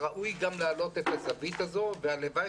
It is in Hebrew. ראוי גם להעלות את הזווית הזאת והלוואי